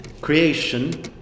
creation